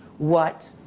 what,